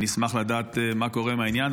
אני אשמח לדעת מה קורה עם העניין.